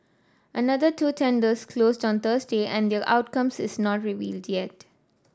another two tenders closed on Thursday and their outcome is not revealed yet